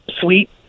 sweet